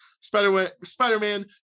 Spider-Man